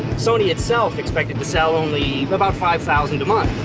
sony itself expected to sell only about five thousand a month.